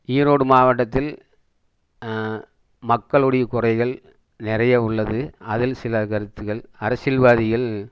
ஈரோடு மாவட்டத்தில் மக்களுடைய குறைகள் நிறைய உள்ளது அதில் சில கருத்துக்கள் அரசியல்வாதிகள்